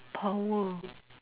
power